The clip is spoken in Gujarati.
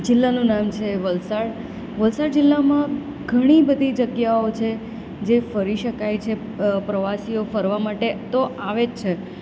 જિલ્લાનું નામ છે વલસાડ વલસાડ જિલ્લામાં ઘણી બધી જગ્યાઓ છે જે ફરી શકાય છે પ્રવાસીઓ ફરવા માટે તો આવે જ છે